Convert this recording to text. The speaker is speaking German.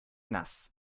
nass